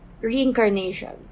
reincarnation